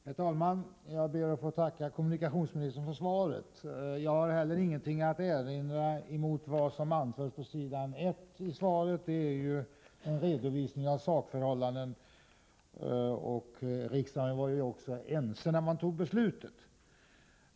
Herr talman! Jag ber att få tacka kommunikationsministern för svaret. Jag har ingenting att erinra mot vad som anförs på s. 1:i svaret. Det är en redovisning av sakförhållanden, och riksdagen var också ense när beslutet fattades.